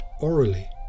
orally